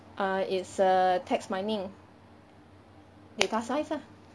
err it's err text mining data science ah